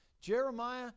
Jeremiah